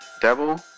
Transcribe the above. devil